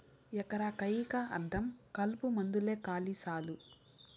ఎకరా కయ్యికా అర్థం కలుపుమందేలే కాలి సాలు